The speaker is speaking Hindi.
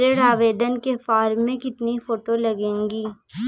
ऋण आवेदन के फॉर्म में कितनी फोटो लगेंगी?